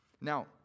Now